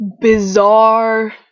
bizarre